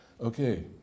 Okay